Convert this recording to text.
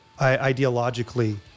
ideologically